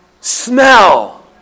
smell